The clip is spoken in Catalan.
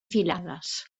filades